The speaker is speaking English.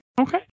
Okay